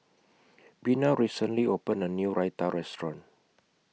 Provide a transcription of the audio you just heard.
Bena recently opened A New Raita Restaurant